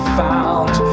found